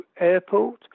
Airport